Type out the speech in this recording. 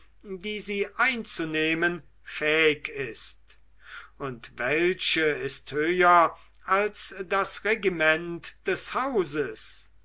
die sie einzunehmen fähig ist und welche ist höher als das regiment des hauses